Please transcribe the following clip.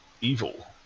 evil